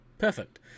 perfect